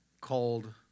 called